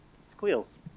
squeals